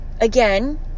again